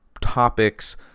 topics